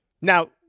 Now